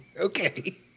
Okay